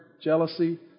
jealousy